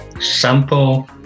Sample